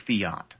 fiat